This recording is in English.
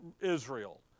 Israel